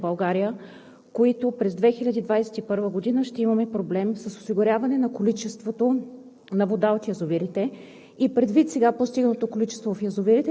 Ви задавам въпроса: има ли все още райони в България, в които през 2021 г. ще имаме проблеми с осигуряването на количеството